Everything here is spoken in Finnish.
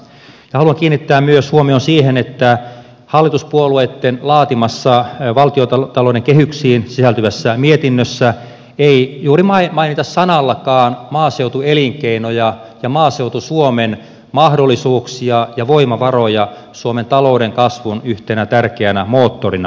haluan kiinnittää myös huomion siihen että hallituspuolueitten laatimassa valtiontalouden kehyksiin sisältyvässä mietinnössä ei juuri mainita sanallakaan maaseutuelinkeinoja ja maaseutu suomen mahdollisuuksia ja voimavaroja suomen talouden kasvun yhtenä tärkeänä moottorina